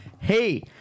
Hey